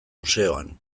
museoan